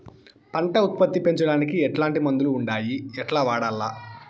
పంట ఉత్పత్తి పెంచడానికి ఎట్లాంటి మందులు ఉండాయి ఎట్లా వాడల్ల?